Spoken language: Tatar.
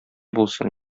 булсын